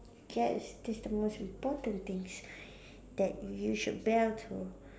yes that's the most important things that you should abide to